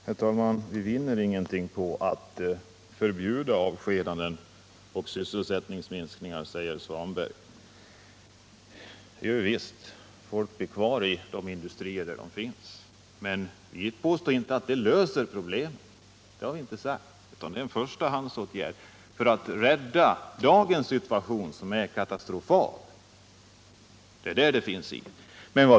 Herr talman! Vi vinner ingenting på att förbjuda avskedanden och sysselsättningsminskningar, säger Ingvar Svanberg. Det gör vi visst. Människor blir kvar i de industrier där de nu arbetar. Vi påstår inte att detta löser problemen; det är en förstahandsåtgärd för att klara av dagens katastrofala situation.